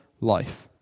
life